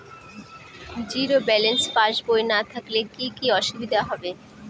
Zero balance পাসবই না থাকলে কি কী অসুবিধা হবে?